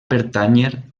pertànyer